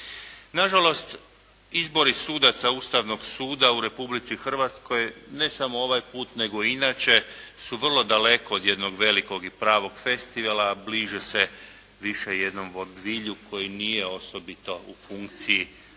Na žalost izbori sudaca Ustavnog suda u Republici Hrvatskoj ne samo ovaj puta nego i inače su vrlo daleko od jednog velikog i pravog festivala, bliže se više jednom vodvilju koji nije osobito u funkciji